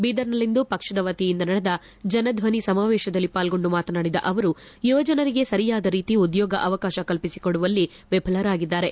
ಬೀದರ್ನಲ್ಲಿಂದು ಪಕ್ಷದ ವತಿಯಿಂದ ನಡೆದ ಜನಧ್ವನಿ ಸಮಾವೇಶದಲ್ಲಿ ಪಾಲ್ಗೊಂಡು ಮಾತನಾಡಿದ ಅವರು ಯುವಜನರಿಗೆ ಸರಿಯಾದ ರೀತಿ ಉದ್ಯೋಗಾವಕಾಶ ಕಲ್ಪಿಸಿಕೊಡುವಲ್ಲಿ ವಿಫಲರಾಗಿದ್ದಾರೆ